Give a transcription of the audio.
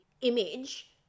image